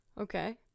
Okay